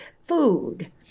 food